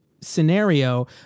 scenario